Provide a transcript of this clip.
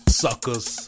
suckers